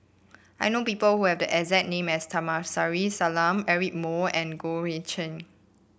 I know people who have the exact name as Kamsari Salam Eric Moo and Goh Eck Kheng